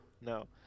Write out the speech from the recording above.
No